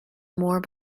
more